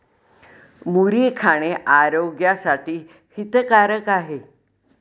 मुरी खाणे आरोग्यासाठी हितकारक आहे